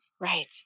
Right